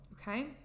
Okay